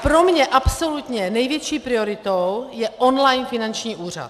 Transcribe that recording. Pro mě absolutně největší prioritou je online finanční úřad.